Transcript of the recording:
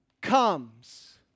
comes